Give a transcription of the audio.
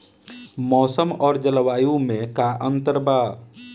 मौसम और जलवायु में का अंतर बा?